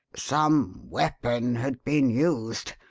some weapon had been used,